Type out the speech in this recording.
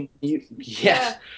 Yes